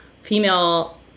female